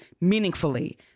meaningfully